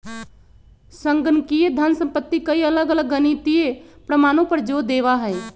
संगणकीय धन संपत्ति कई अलग अलग गणितीय प्रमाणों पर जो देवा हई